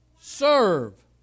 serve